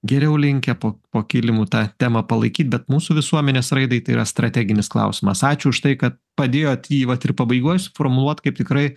geriau linkę po po kilimu tą temą palaikyt bet mūsų visuomenės raidai tai yra strateginis klausimas ačiū už tai kad padėjot jį vat ir pabaigoj suformuluot kaip tikrai